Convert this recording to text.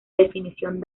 definición